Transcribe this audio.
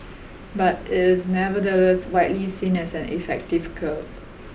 but it is nevertheless widely seen as an effective curb